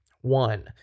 One